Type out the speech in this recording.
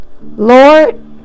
Lord